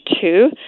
two